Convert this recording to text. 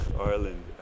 ireland